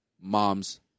mom's